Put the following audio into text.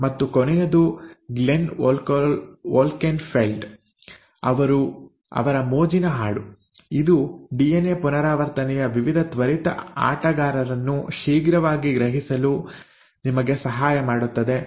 ಮತ್ತು ಕೊನೆಯದು Glenn Wolkenfeld ಅವರ ಮೋಜಿನ ಹಾಡು ಇದು ಡಿಎನ್ಎ ಪುನರಾವರ್ತನೆಯ ವಿವಿಧ ತ್ವರಿತ ಆಟಗಾರರನ್ನು ಶೀಘ್ರವಾಗಿ ಗ್ರಹಿಸಲು ನಿಮಗೆ ಸಹಾಯ ಮಾಡುತ್ತದೆ